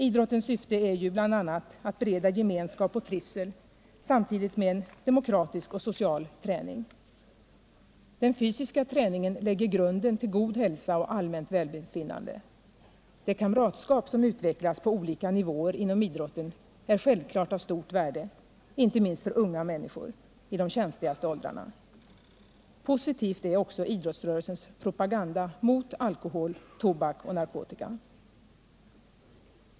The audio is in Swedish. Idrottens syfte är ju bl.a. att bereda gemenskap och trivsel samtidigt som den ger en demokratisk och social träning. Den fysiska träningen lägger grunden till god hälsa och allmänt välbefinnande. Det kamratskap som utvecklas på olika nivåer inom idrotten är självklart av stort värde inte minst för unga människor i de känsligaste åldrarna. Positivt är också idrottsrörelsens propaganda mot alkohol, tobak och narkotika.